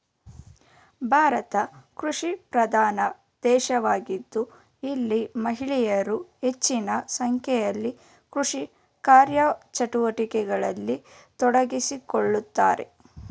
ಭಾರತ ಕೃಷಿಪ್ರಧಾನ ದೇಶವಾಗಿದ್ದು ಇಲ್ಲಿ ಮಹಿಳೆಯರು ಹೆಚ್ಚಿನ ಸಂಖ್ಯೆಯಲ್ಲಿ ಕೃಷಿ ಕಾರ್ಯಚಟುವಟಿಕೆಗಳಲ್ಲಿ ತೊಡಗಿಸಿಕೊಳ್ಳುತ್ತಾರೆ